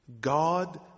God